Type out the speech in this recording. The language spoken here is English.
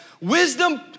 Wisdom